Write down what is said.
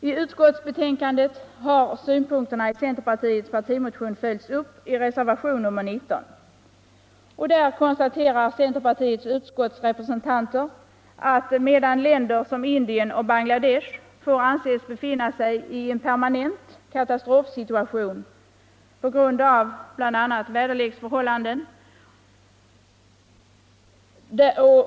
I utskottsbetänkandet har synpunkterna i centerpartimotionen följts upp i reservationen 19. Där konstaterar centerpartiets utskottsrepresentanter att länder som Indien och Bangladesh får anses befinna sig i en permanent katastrofsituation på grund av bl.a. väderleksförhållanden.